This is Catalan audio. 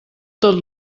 tot